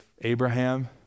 Abraham